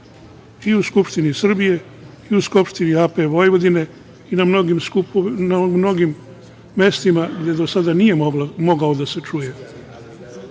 i u Skupštini Srbije i u Skupštini AP Vojvodine i na mnogim mestima gde do sada nije mogao da se čuje.